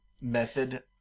method